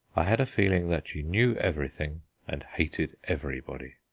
i had a feeling that she knew everything and hated everybody.